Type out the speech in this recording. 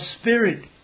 spirit